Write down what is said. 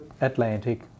Atlantic